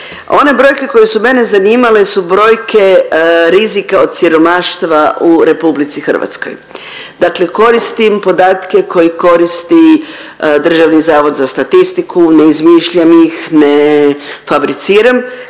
One brojke koje su mene zanimale su brojke rizika od siromaštva u RH, dakle koristim podatke koje koristi DZS, ne izmišljam ih, ne fabriciram,